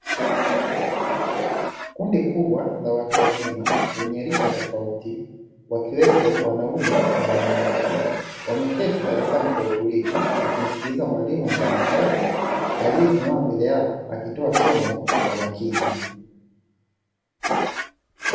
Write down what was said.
Kundi kubwa la watu wazima ,wenye rika tofauti, wakiwepo wanaume na wanawake ,wameketi darasani kwa utulivu wakimsikiliza mwalimu mtanashati aliyesimama mbele yao akitoa somo kwa umakini.